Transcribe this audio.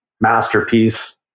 masterpiece